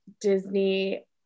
Disney